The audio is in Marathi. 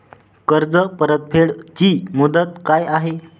कर्ज परतफेड ची मुदत काय आहे?